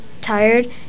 tired